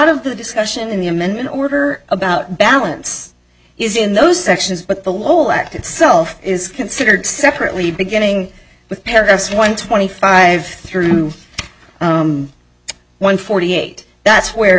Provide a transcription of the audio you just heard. of the discussion in the amendment order about balance is in those sections but the wall act itself is considered separately beginning with paragraphs one twenty five through one forty eight that's where